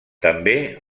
també